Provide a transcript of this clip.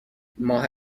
ماه